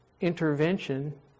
intervention